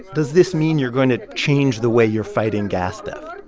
does this mean you're going to change the way you're fighting gas theft?